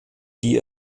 die